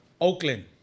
Oakland